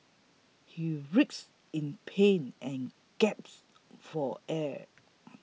he writhed in pain and gasped for air